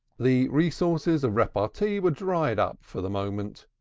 the resources of repartee were dried up for the moment.